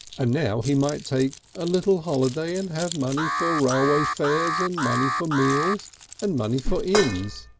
and now he might take a little holiday and have money for railway fares and money for meals and money for inns.